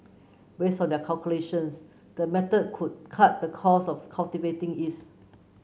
based on their calculations the method could cut the cost of cultivating yeast